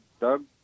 Doug